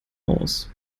aus